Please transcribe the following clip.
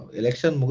election